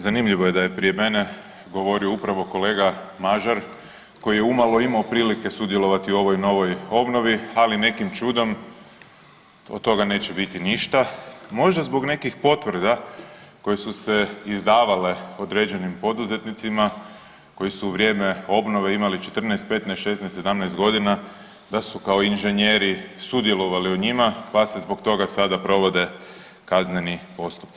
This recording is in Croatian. Zanimljivo je da je prije mene govorio upravo kolega Mažar koji je umalo imao prilike sudjelovati u ovoj novoj obnovi, ali nekim čudom od toga neće biti ništa možda zbog nekih potvrda koje su se izdavale određenim poduzetnicima koji su u vrijeme obnove imali 14, 15, 16, 17 godina da su kao inženjeri sudjelovali u njima, pa se zbog toga sada provode kazneni postupci.